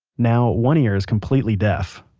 now one ear is completely deaf.